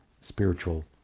spiritual